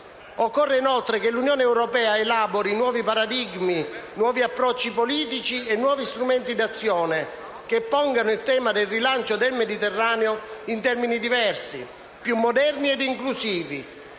comuni, e che l'Unione europea debba elaborare nuovi paradigmi, nuovi approcci politici e nuovi strumenti d'azione, che pongano il tema del rilancio del Mediterraneo in termini diversi, più moderni ed inclusivi,